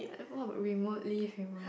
remotely famous